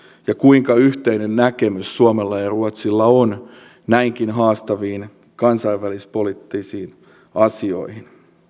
ja kuinka yhteinen näkemys suomella ja ja ruotsilla on näinkin haastaviin kansainvälispoliittisiin asioihin